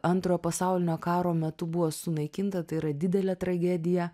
antrojo pasaulinio karo metu buvo sunaikinta tai yra didelė tragedija